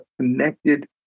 connected